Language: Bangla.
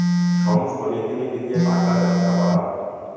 সমস্ত নীতি নিধি দিয়ে টাকার ব্যবসা করা হয়